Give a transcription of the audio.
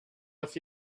with